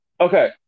Okay